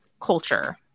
culture